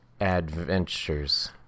Adventures